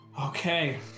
Okay